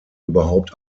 überhaupt